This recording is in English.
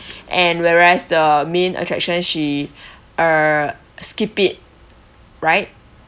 and whereas the main attraction she uh skip it right